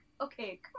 okay